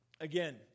again